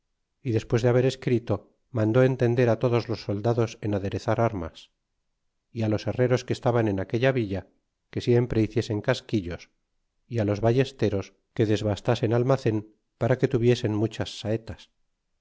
y despues de haber escrito mandó entender todos los soldados en aderezar armas y los herreros que estaban en aquella villa que siempre hiciesen casquillos y los ballesteros que desbastasen almacen para que tuviesen muchas saetas